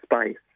space